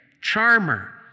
charmer